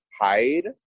hide